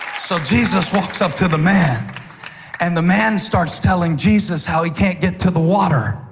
so jesus walks up to the man and the man starts telling jesus how he can't get to the water